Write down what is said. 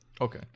Okay